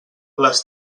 les